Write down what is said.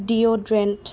deodorant